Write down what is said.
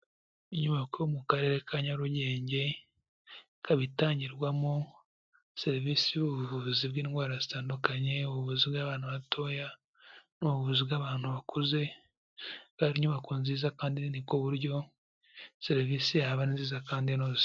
Inyubako mu karere ka Nyarugenge, ikaba itangirwamo serivisi y'ubuvuzi bw'indwara zitandukanye, ubuvuzi bw'abana batoya n'ubuvuzi bw'abantu bakuze, hari inyubako nziza kandi nini ku buryo serivisi yabo ari nziza kandi inoze.